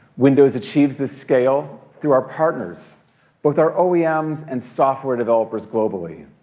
windows achieves this scale through our partners both our oems and software developers globally.